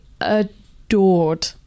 adored